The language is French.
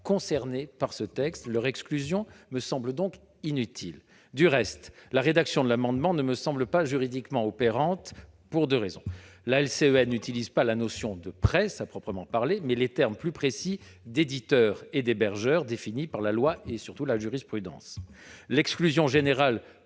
pas visés par ce texte, leur exclusion me semble donc inutile. Du reste, la rédaction de cet amendement ne me paraît pas opérante juridiquement, pour deux raisons. La LCEN recourt non pas à la notion de presse à proprement parler, mais aux termes plus précis d'éditeur et d'hébergeur, définis par la loi et, surtout, par la jurisprudence. L'exclusion générale